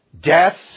Death